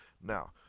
Now